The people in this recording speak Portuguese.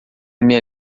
minha